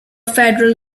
federal